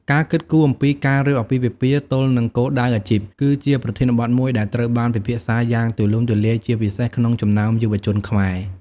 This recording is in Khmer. ការគិតគូរអំពីការរៀបអាពាហ៍ពិពាហ៍ទល់នឹងគោលដៅអាជីព គឺជាប្រធានបទមួយដែលត្រូវបានពិភាក្សាយ៉ាងទូលំទូលាយ ជាពិសេសក្នុងចំណោមយុវជនខ្មែរ។